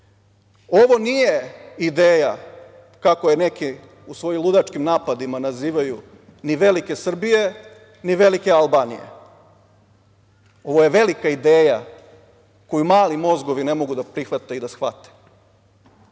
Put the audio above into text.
ovo nije ideja kako je neki u svojim ludačkim napadima nazivaju ni velike Srbije, ni velike Albanije. Ovo je velika ideja koju mali mozgovi ne mogu da prihvate i da shvate.